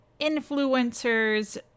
influencers